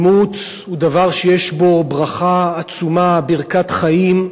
אימוץ הוא דבר שיש בו ברכה עצומה, ברכת חיים,